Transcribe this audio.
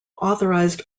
authorized